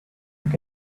with